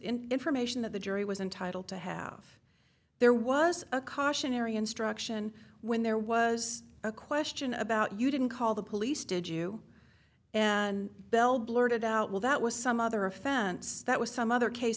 information that the jury was entitled to have there was a cautionary instruction when there was a question about you didn't call the police did you and bill blurted out well that was some other offense that was some other case